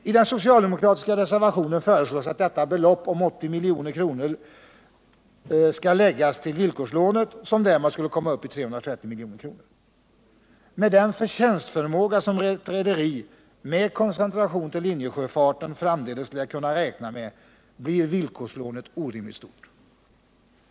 I den socialdemokratiska reservationen föreslås att detta belopp om 80 milj.kr. läggs till villkorslånet, som därmed skulle komma upp i 330 milj.kr. Med den förtjänstförmåga som ett rederi med koncentration till linjesjöfarten framdeles lär kunna räkna med blir villkorslånet orimligt stort.